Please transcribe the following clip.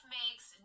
makes